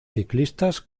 ciclistas